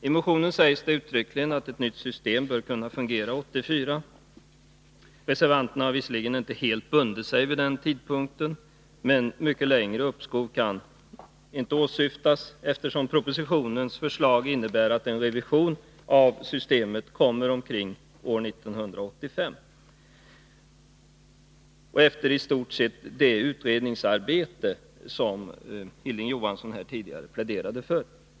I motionen sägs det uttryckligen att ett nytt system bör kunna fungera år 1984. Reservanterna har visserligen inte helt bundit sig vid den tidpunkten, men mycket längre uppskov kan de inte åsyfta, eftersom propositionens förslag innebär en revision av systemet omkring år 1985 - efter i stort sett det utredningsarbete som Hilding Johansson tidigare pläderade för.